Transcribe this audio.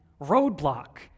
roadblock